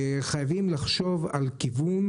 חייבים לחשוב על כיוון,